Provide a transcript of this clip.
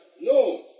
No